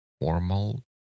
formal